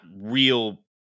real